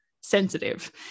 sensitive